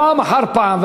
פעם אחר פעם,